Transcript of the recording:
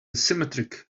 symmetric